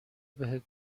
بهت